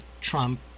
Trump